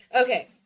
Okay